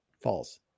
false